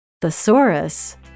thesaurus